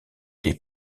des